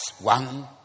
one